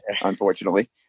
unfortunately